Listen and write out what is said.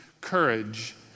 courage